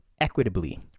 equitably